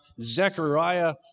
Zechariah